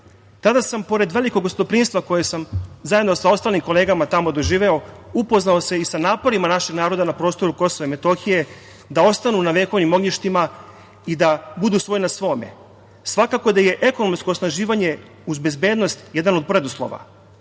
sam pored velikog gostoprimstva koje sam zajedno sa ostalim kolegama tamo doživeo upoznao se i sa naporima naših naroda na prostoru KiM da ostanu na vekovnim ognjištima i da budu svoj na svome. Svakako da je ekonomsko osnaživanje uz bezbednost jedan od preduslova.